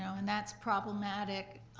so and that's problematic,